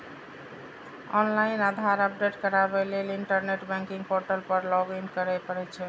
online Aadhaar update कराबै लेल internet banking portal पर लॉगइन करय पड़ै छै